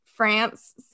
France